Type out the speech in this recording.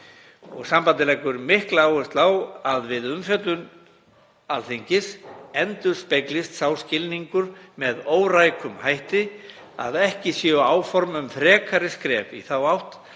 Sambandið leggur mikla áherslu á að við umfjöllun Alþingis endurspeglist sá skilningur með órækum hætti að ekki séu áform um frekari skref í þá átt